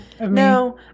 No